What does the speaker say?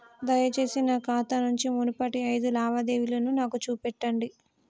దయచేసి నా ఖాతా నుంచి మునుపటి ఐదు లావాదేవీలను నాకు చూపెట్టండి